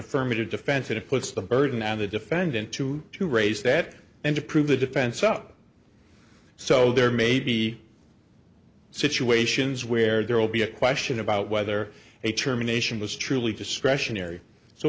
affirmative defense that it puts the burden on the defendant to to raise that and to prove the defense up so there may be situations where there will be a question about whether a terminations was truly discretionary so